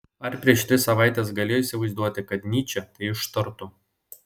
ar prieš tris savaites galėjo įsivaizduoti kad nyčė tai ištartų